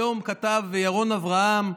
היום כתב ירון אברהם,